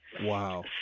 wow